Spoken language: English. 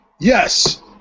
Yes